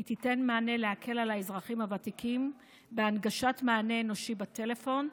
היא תיתן מענה ותקל על האזרחים הוותיקים בהנגשת מענה אנושי בטלפון,